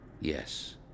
Yes